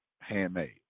handmade